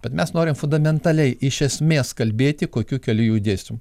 bet mes norim fundamentaliai iš esmės kalbėti kokiu keliu judėsim